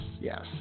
Yes